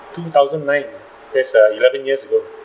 two thousand nine that's uh eleven years ago